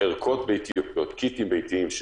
קיטים ביתיים,